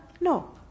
No